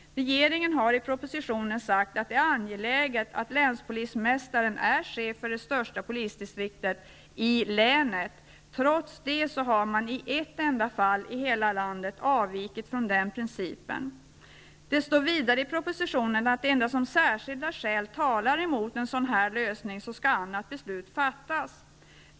Regeringen har i propositionen sagt att det är angeläget att länspolismästaren är chef för det största polisdistriktet i länet. Trots det har man i ett enda fall i hela landet avvikit från den principen. Vidare står det i propositionen att det endast är om särskilda skäl talar emot en sådan lösning som annat beslut skall fattas.